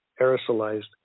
aerosolized